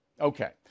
Okay